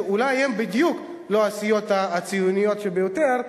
שאולי הן לא בדיוק הסיעות הציוניות ביותר,